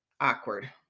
Awkward